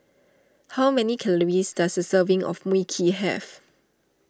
how many calories does a serving of Mui Kee have